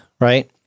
right